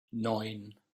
neun